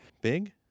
Big